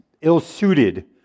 ill-suited